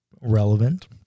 relevant